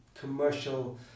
commercial